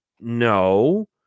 No